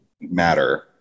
matter